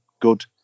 good